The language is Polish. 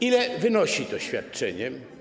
Ile wynosi to świadczenie?